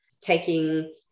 taking